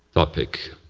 topic,